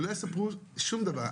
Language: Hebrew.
שלא יספרו שום דבר.